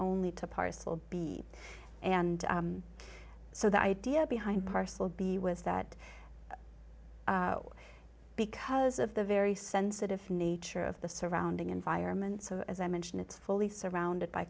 only to parcel b and so the idea behind parcel b was that because of the very sensitive nature of the surrounding environment so as i mentioned it's fully surrounded by